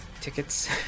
tickets